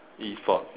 E sports